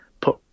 put